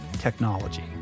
technology